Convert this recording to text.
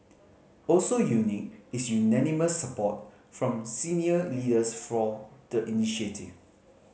also unique is unanimous support from senior leaders for the initiative